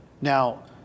Now